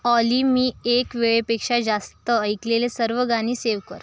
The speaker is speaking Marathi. ऑली मी एक वेळेपेक्षा जास्त ऐकलेली सर्व गाणी सेव कर